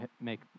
make